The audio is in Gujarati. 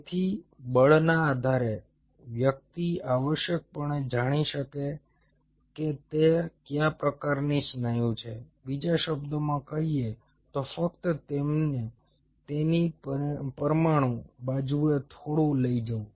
તેથી બળના આધારે વ્યક્તિ આવશ્યકપણે જાણી શકે છે કે તે કયા પ્રકારની સ્નાયુ છે બીજા શબ્દોમાં કહીએ તો ફક્ત તમને તેની પરમાણુ બાજુએ થોડું લઈ જવું